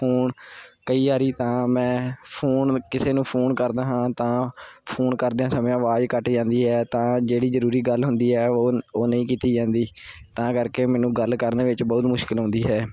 ਹੁਣ ਕਈ ਵਾਰੀ ਤਾਂ ਮੈਂ ਫੋਨ ਕਿਸੇ ਨੂੰ ਫੋਨ ਕਰਦਾ ਹਾਂ ਤਾਂ ਫੋਨ ਕਰਦਿਆਂ ਸਮੇਂ ਆਵਾਜ਼ ਕੱਟ ਜਾਂਦੀ ਹੈ ਤਾਂ ਜਿਹੜੀ ਜ਼ਰੂਰੀ ਗੱਲ ਹੁੰਦੀ ਹੈ ਉਹ ਉਹ ਨਹੀਂ ਕੀਤੀ ਜਾਂਦੀ ਤਾਂ ਕਰਕੇ ਮੈਨੂੰ ਗੱਲ ਕਰਨ ਵਿੱਚ ਬਹੁਤ ਮੁਸ਼ਕਿਲ ਆਉਂਦੀ ਹੈ